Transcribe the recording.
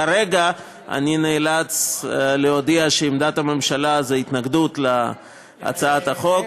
כרגע אני נאלץ להודיע שעמדת הממשלה היא התנגדות להצעת החוק.